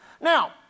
Now